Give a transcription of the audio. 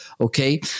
okay